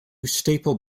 staple